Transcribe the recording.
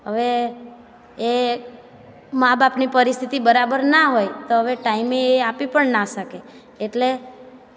હવે એ માબાપની પરિસ્થિતિ બરાબર ના હોય તો હવે ટાઈમે એ આપી પણ ના શકે એટલે